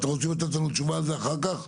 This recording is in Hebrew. אתם רוצים לתת לנו תשובה על זה אחר כך?